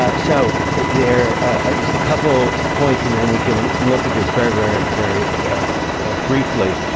ah so there are just a couple points, and then we can look at this very, very, very briefly.